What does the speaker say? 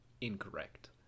incorrect